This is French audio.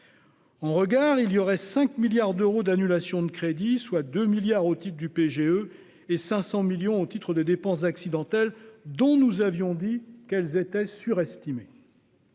En regard, il y aurait 5 milliards d'euros d'annulations de crédits, notamment 2 milliards d'euros au titre des PGE et 500 millions d'euros au titre des dépenses accidentelles, dont nous avions dit qu'elles étaient surestimées.